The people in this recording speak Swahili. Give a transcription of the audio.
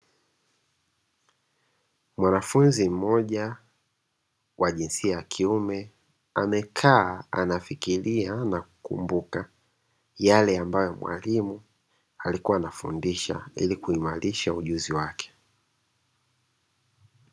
Mwanafunzi mmoja wa jinsia ya kiume amekaa na anafikiria na kukumbuka yale ambayo mwalimu alikuwa anafundisha ili kuimarisha ujuzi wake.